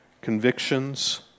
convictions